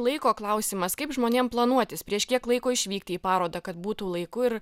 laiko klausimas kaip žmonėm planuotis prieš kiek laiko išvykti į parodą kad būtų laiku ir